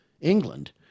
England